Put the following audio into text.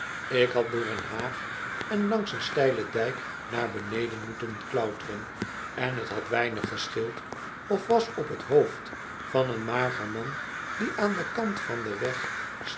ik had d ooieen haag en langs een stellen dijk naar beneden moeten klauteren en t had weinig gescheeld of was op t hoofd van een mager man die aan den kant van den weg